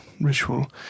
ritual